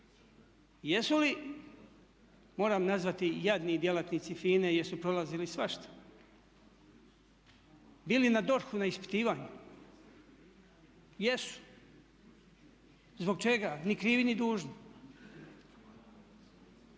Jesu li moram nazvati jadni djelatnici FINA-e jesu prolazili svašta bili na DORH-u na ispitivanju, jesu. Zbog čega? Ni krivi ni dužni.